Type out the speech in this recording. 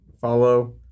follow